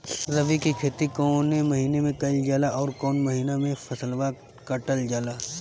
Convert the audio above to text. रबी की खेती कौने महिने में कइल जाला अउर कौन् महीना में फसलवा कटल जाला?